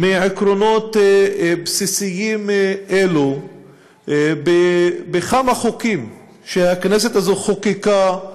מעקרונות בסיסיים אלו בכמה חוקים שהכנסת הזאת חוקקה,